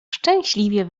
szczęśliwie